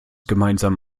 gemeinsam